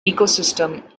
ecosystem